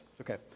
Okay